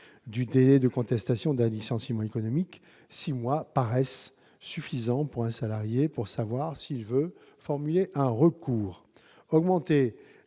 du délai de contestation d'un licenciement économique. Un tel délai paraît suffisant pour un salarié pour savoir s'il veut former un recours. Augmenter